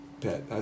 pet